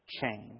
change